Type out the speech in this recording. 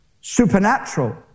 supernatural